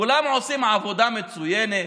כולם עושים עבודה מצוינת?